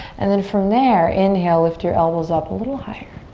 and then from there inhale. lift your elbows up a little higher.